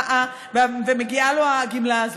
ומגיעה לו הגמלה הזאת.